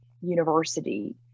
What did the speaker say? university